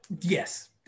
Yes